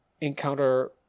encounter